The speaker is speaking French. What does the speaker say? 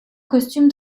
costumes